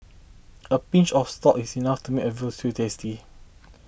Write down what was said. a pinch of salt is enough to make a Veal Stew tasty